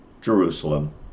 Jerusalem